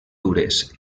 dures